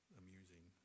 amusing